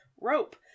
rope